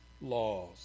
laws